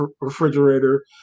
refrigerator